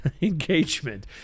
engagement